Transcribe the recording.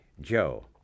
Joe